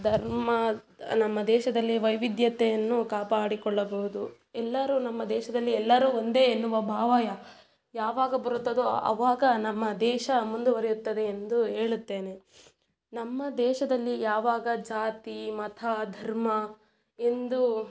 ಧರ್ಮ ನಮ್ಮ ದೇಶದಲ್ಲಿ ವೈವಿಧ್ಯತೆಯನ್ನು ಕಾಪಾಡಿಕೊಳ್ಳಬಹುದು ಎಲ್ಲರೂ ನಮ್ಮ ದೇಶದಲ್ಲಿ ಎಲ್ಲರೂ ಒಂದೇ ಎನ್ನುವ ಭಾವ ಯ ಯಾವಾಗ ಬರುತ್ತದೋ ಅವಾಗ ನಮ್ಮ ದೇಶ ಮುಂದುವರಿಯುತ್ತದೆ ಎಂದು ಹೇಳುತ್ತೇನೆ ನಮ್ಮ ದೇಶದಲ್ಲಿ ಯಾವಾಗ ಜಾತಿ ಮತ ಧರ್ಮ ಎಂದು